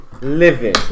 living